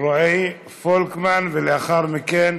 רועי פולקמן, ולאחר מכן